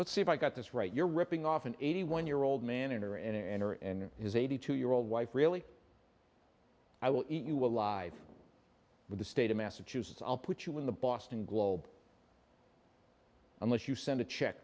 let's see if i got this right you're ripping off an eighty one year old man and her and her and his eighty two year old wife really i will eat you alive with the state of massachusetts i'll put you in the boston globe unless you send a check